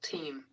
Team